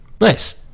Nice